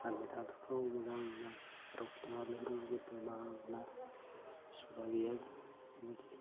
गानबाय थाथावथाव मोजांनो जेरावखि थाङा बेफोराव जेबो मा मोना सुबिदा गैआ बेबायदि